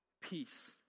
peace